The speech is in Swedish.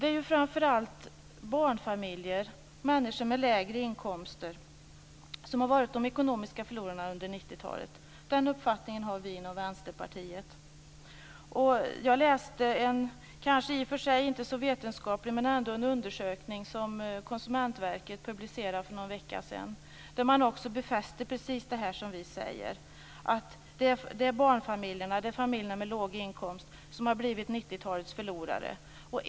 Det är framför allt barnfamiljer och människor med lägre inkomster som har varit de ekonomiska förlorarna under 90 talet. Den uppfattningen har vi inom Vänsterpartiet. Jag läste en undersökning, kanske inte så vetenskaplig men ändå, som Konsumentverket publicerade för någon vecka sedan och som befäster precis det vi säger: Det är barnfamiljerna och familjerna med låg inkomst som har blivit 90-talets förlorare.